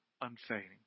unfading